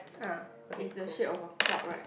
ah it's the shape of a cloud right